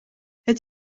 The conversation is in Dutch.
het